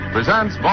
Presents